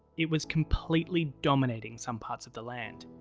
it was completely dominating some parts of the land,